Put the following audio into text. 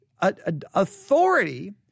authority